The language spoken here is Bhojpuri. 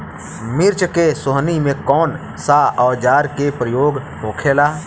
मिर्च के सोहनी में कौन सा औजार के प्रयोग होखेला?